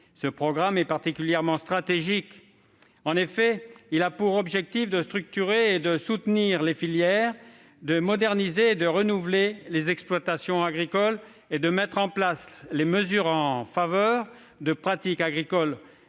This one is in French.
Ce programme est particulièrement stratégique. En effet, il a pour objet de structurer et de soutenir les filières, de moderniser et de renouveler les exploitations agricoles et de mettre en place les mesures en faveur de la promotion